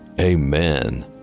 amen